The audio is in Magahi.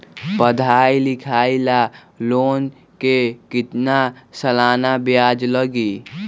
पढाई लिखाई ला लोन के कितना सालाना ब्याज लगी?